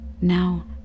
Now